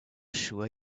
sure